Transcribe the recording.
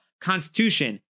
constitution